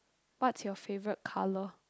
what's your favorite color